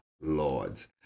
Lord's